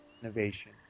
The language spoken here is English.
innovation